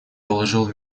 положил